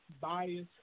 bias